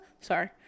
Sorry